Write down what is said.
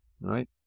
right